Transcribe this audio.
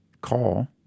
call